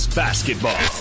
basketball